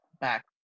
back